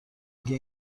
دیگه